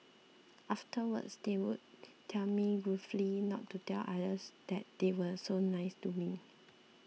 afterwards they would tell me gruffly not to tell others that they were so nice to me